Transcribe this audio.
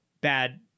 bad